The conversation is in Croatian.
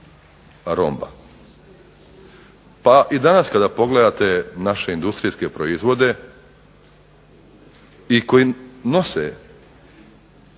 Pa i danas kada pogledate naše industrijske proizvode i koji nose